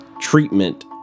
treatment